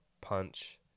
Punch